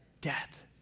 death